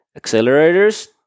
accelerators